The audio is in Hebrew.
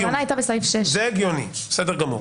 הכוונה הייתה בסעיף 6. בסדר גמור.